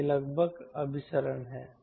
तो यह लगभग अभिसरण है